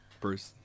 Bruce